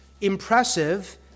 impressive